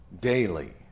daily